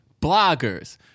bloggers